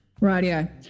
Radio